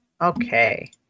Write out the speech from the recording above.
Okay